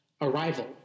Arrival